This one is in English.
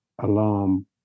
alarm